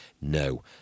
No